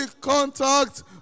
contact